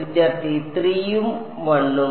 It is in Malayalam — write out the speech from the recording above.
വിദ്യാർത്ഥി 3 ഉം 1 ഉം